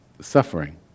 suffering